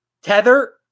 Tether